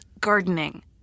gardening